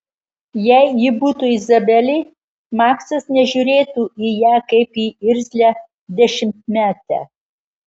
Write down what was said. jei ji būtų izabelė maksas nežiūrėtų į ją kaip į irzlią dešimtmetę